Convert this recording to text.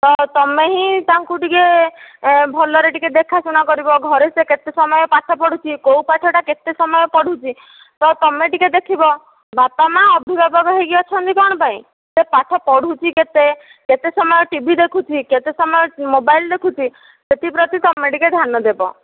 ତ ତମେ ହିଁ ତାଙ୍କୁ ଟିକେ ଭଲରେ ଟିକେ ଦେଖାଶୁଣା କରିବ ଘରେ ସେ କେତେ ସମୟ ପାଠପଢୁଛି କେଉଁ ପାଠ ଟା କେତେ ସମୟ ପଢୁଛି ତ ତମେ ଟିକେ ଦେଖିବ ବାପା ମାଁ ଅଭିଭାବକ ହେଇକି ଅଛନ୍ତି କଣ ପାଇଁ ସେ ପାଠ ପଢୁଛି କେତେ କେତେ ସମୟ ଟିଭି ଦେଖୁଛି କେତେ ସମୟ ମୋବାଇଲ୍ ଦେଖୁଛି ଏଥିପ୍ରତି ତମେ ଟିକେ ଧ୍ୟାନ ଦେବ